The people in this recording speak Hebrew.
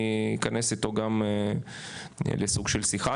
אני אכנס איתו גם לסוג של שיחה,